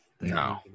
No